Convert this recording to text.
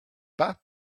pas